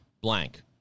blank